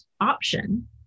option